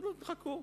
חכו,